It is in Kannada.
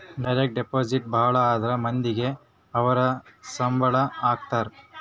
ಡೈರೆಕ್ಟ್ ಡೆಪಾಸಿಟ್ ಭಾಳ ಅಂದ್ರ ಮಂದಿಗೆ ಅವ್ರ ಸಂಬ್ಳ ಹಾಕತರೆ